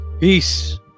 Peace